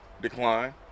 decline